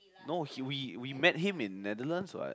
no he we we met him in Netherlands what